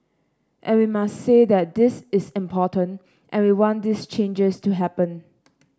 and we must say that this is important and we want these changes to happen